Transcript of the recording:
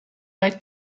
bei